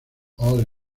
all